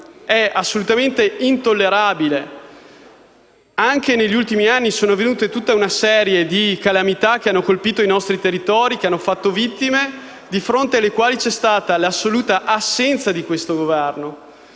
assolutamente intollerabile. Anche negli ultimi anni è avvenuta una serie di calamità che ha colpito i nostri territori e ha fatto vittime, calamità di fronte alle quali c'è stata l'assoluta assenza di questo Governo.